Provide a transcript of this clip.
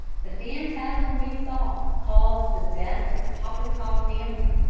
the phantasm we saw caused the death of the popenkoff family.